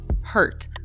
hurt